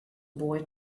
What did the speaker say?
boy